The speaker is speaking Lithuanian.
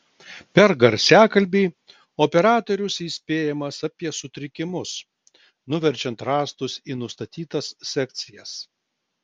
per garsiakalbį operatorius įspėjamas apie sutrikimus nuverčiant rąstus į nustatytas sekcijas